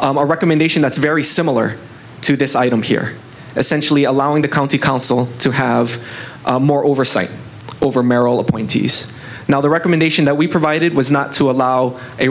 our recommendation that's very similar to this item here essentially allowing the county council to have more oversight over merrill appointees now the recommendation that we provided was not to allow a